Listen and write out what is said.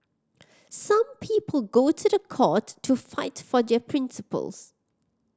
some people go to the court to fight for their principles